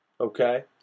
Okay